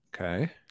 Okay